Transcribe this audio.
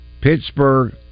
Pittsburgh